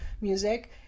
music